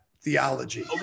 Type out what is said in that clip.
theology